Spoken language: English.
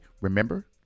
remember